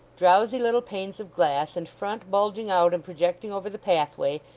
drowsy little panes of glass, and front bulging out and projecting over the pathway,